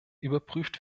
überprüft